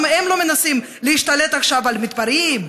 למה הם לא מנסים להשתלט עכשיו על מתפרעים,